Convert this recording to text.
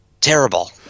terrible